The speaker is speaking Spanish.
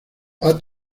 abd